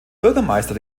bürgermeister